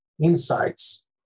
insights